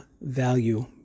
value